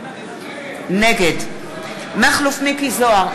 נגד מכלוף מיקי זוהר,